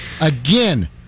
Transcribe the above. Again